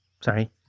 Sorry